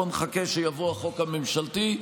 בוא נחכה שיבוא החוק הממשלתי.